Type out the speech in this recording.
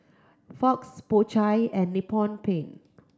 Fox Po Chai and Nippon Paint